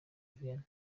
vianney